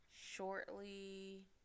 shortly